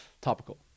topical